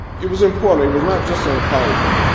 it was important, it was not just an apology,